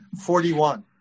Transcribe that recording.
forty-one